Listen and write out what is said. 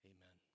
Amen